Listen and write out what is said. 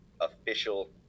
official